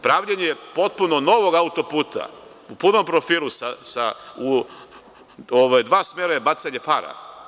Pravljenje potpuno novog auto puta u punom profilu u dva smera je bacanje para.